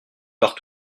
pars